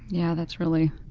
yeah, that's really,